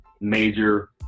major